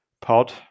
Pod